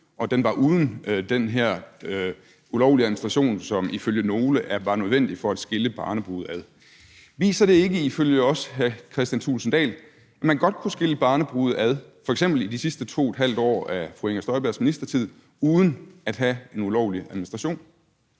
ikke foretaget den her ulovlige administration, som ifølge nogle var nødvendig for at skille barnebrude fra deres ægtefæller. Viser det ikke også ifølge hr. Kristian Thulesen Dahl, at man godt kunne skille barnebrude og deres ægtefæller ad, f.eks. i de sidste 2½ år af fru Inger Støjbergs ministertid, uden at der blev foretaget en ulovlig administration?